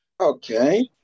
Okay